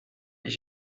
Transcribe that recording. ich